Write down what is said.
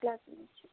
ఏ class నుంచి